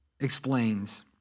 explains